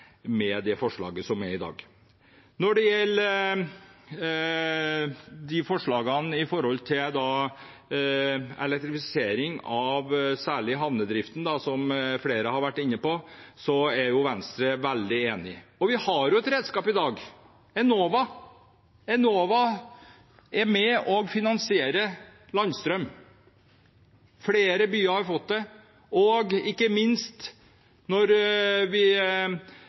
det forslaget som foreligger i dag. Når det gjelder forslagene om elektrifisering av særlig havnedriften, som flere har vært inne på, er Venstre veldig enig. Vi har et redskap i dag: Enova. De er med på å finansiere landstrøm. Flere byer har fått det. Da kystruten var på anbud, stilte vi